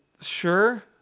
Sure